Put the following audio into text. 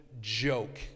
joke